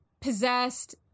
possessed